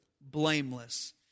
blameless